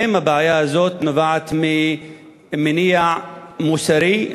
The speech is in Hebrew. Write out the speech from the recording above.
האם הבעיה הזאת נובעת ממניע מוסרי?